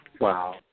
Wow